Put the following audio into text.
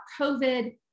COVID